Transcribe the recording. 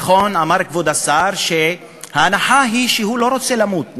נכון אמר כבוד השר שההנחה היא שהוא לא רוצה למות.